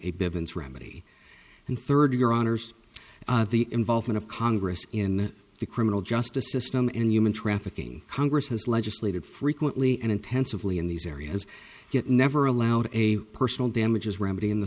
a remedy and third year honors the involvement of congress in the criminal justice system in human trafficking congress has legislated frequently and intensively in these areas yet never allowed a personal damages remedy in the